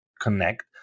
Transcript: connect